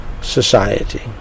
society